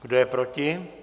Kdo je proti?